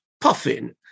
puffin